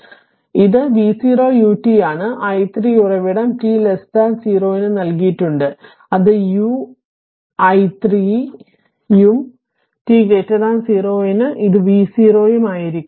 അതിനാൽ ഇത് v0 ut ആണ് i 3 ഉറവിടം t 0 ന് നൽകിയിട്ടുണ്ട് അത് u i 3 ഉം t 0 ന് അത് v0 ഉം ആയിരിക്കും